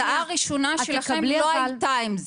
ההצעה הראשונה שלכם לא הייתה עם זה.